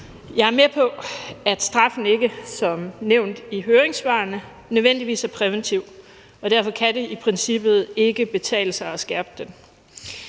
Jeg er med på, at straffen ikke som nævnt i høringssvarene nødvendigvis er præventiv, og at det derfor i princippet ikke kan betale sig at skærpe den.